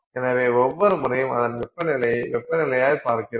எனவே ஒவ்வொரு முறையும் அதன் வெப்பநிலையை வெப்பநிலையால் பார்க்கிறோம்